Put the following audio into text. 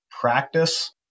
practice